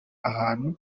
ahantu